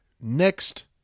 next